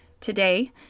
today